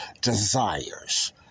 desires